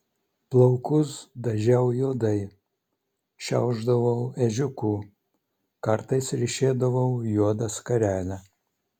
plaukus dažiau juodai šiaušdavau ežiuku kartais ryšėdavau juodą skarelę